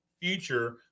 future